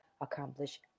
accomplish